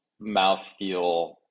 mouthfeel